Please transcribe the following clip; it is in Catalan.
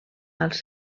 als